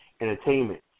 entertainment